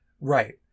Right